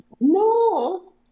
No